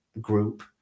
group